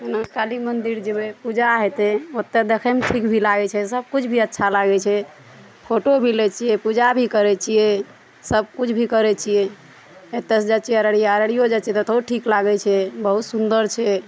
जेना काली मन्दिर जेबै पूजा हेतै ओतय देखैमे ठीक भी लागै छै सबकिछु भी अच्छा लागै छै फोटो भी लै छियै पूजा भी करै छियै सबकिछु भी करै छियै एतय सऽ जाइ छियै अररिया अररियो जाइ छियै ततहो ठीक लागै छै बहुत सुन्दर छै